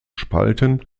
spalten